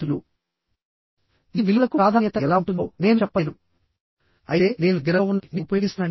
దీన్నిబట్టి చాలా members axial tension కి గురవుతాయి అని తెలుస్తుంది